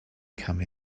come